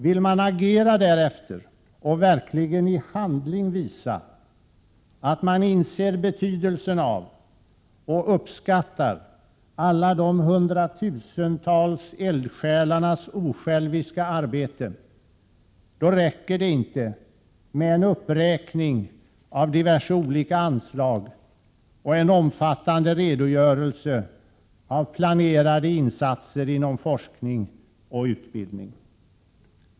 Vill man agera därefter och verkligen i handling visa att man inser betydelsen av och uppskattar alla de hundratusentals eldsjälarnas osjälviska arbete, då räcker det inte med en uppräkning av diverse olika anslag och en omfattande redogörelse av planerade insatser inom forskning och utbildning.